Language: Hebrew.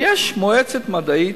יש מועצה מדעית,